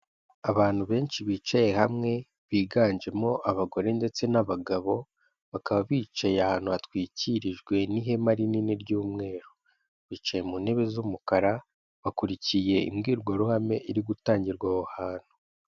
Abantu benshi bicaye hamwe, biganjemo abagore ndetse n'abagabo, bakaba bicaye ahantu hatwikirijwe n'ihema rinini ry'umweru, bicaye mu ntebe z'umukara, bakurikiye imbwirwaruhame iri gutangirwa aho hantu.